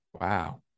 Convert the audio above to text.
Wow